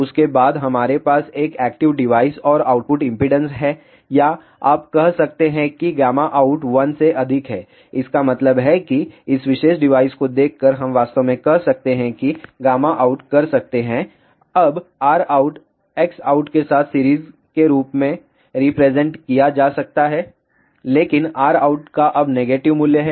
उसके बाद हमारे पास एक एक्टिव डिवाइस और आउटपुट इम्पीडेन्स है या आप कह सकते हैं कि गामा आउट 1 से अधिक है इसका मतलब है कि इस विशेष डिवाइस को देखकर हम वास्तव में कह सकते हैं कि गामा आउट कर सकते हैं अब Rout Xout के साथ सीरीज के रूप में रिप्रेजेंट किया जा सकता है लेकिन Rout का अब नेगेटिव मूल्य है